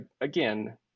again